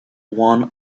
one